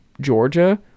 Georgia